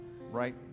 right